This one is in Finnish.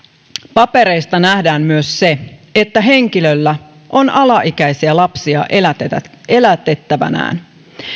papereista nähdään myös se että henkilöllä on alaikäisiä lapsia elätettävänään elätettävänään